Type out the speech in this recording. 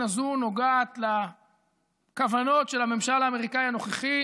הזו נוגע לכוונות של הממשל האמריקאי הנוכחי